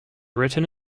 written